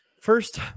first